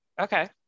okay